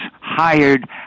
hired